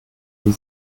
wie